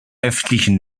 öffentlichen